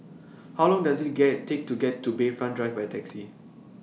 How Long Does IT Take to get to Bayfront Drive By Taxi